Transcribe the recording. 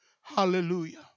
Hallelujah